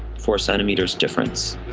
four centimeters difference.